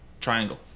triangle